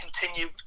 continue